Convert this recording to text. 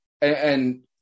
and-